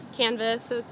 Canvas